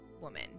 woman